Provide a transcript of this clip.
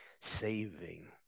saving